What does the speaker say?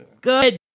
Good